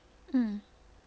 mm